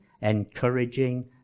encouraging